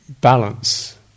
balance